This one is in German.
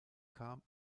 kam